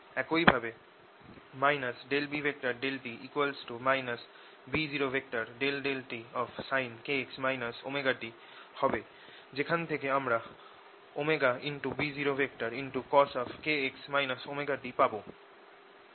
একই ভাবে B∂t B0∂tsin⁡kx ωt হবে যেখান থেকে আমরা B0cos kx ωt পাবো